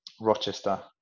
Rochester